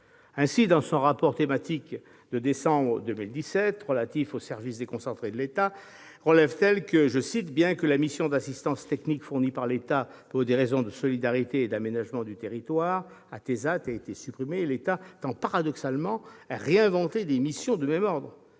Ainsi, dans son rapport thématique de décembre 2017 relatif aux services déconcentrés de l'État, relève-t-elle :« Bien que la mission d'assistance technique fournie par l'État pour des raisons de solidarité et d'aménagement du territoire- ATESAT - ait été supprimée, l'État tend paradoxalement à réinventer des missions de même ordre